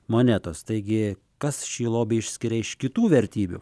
monetos taigi kas šį lobį išskiria iš kitų vertybių